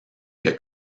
que